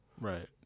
Right